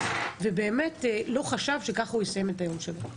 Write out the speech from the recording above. ובאמת לא חשב שכך הוא יסיים את יומו.